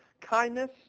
kindness